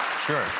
sure